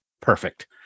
perfect